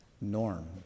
Norm